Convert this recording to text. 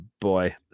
boy